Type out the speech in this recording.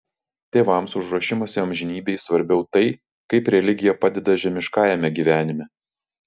tėvams už ruošimąsi amžinybei svarbiau tai kaip religija padeda žemiškajame gyvenime